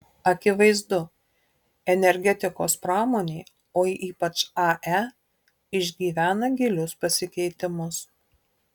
akivaizdu energetikos pramonė o ypač ae išgyvena gilius pasikeitimus